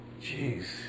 Jeez